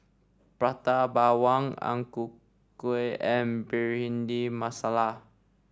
Prata Bawang Ang Ku Kueh and Bhindi Masala